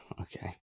Okay